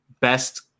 best